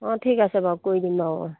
অঁ ঠিক আছে বাৰু কৰি দিম অঁ